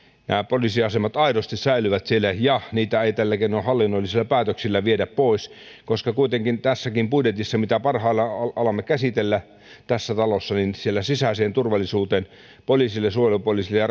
nämä poliisiasemat aidosti säilyvät siellä ja niitä ei tällä keinoin hallinnollisilla päätöksillä viedä pois koska kuitenkin tässäkin budjetissa jota parhaillaan alamme käsitellä tässä talossa sisäiseen turvallisuuteen poliisille suojelupoliisille ja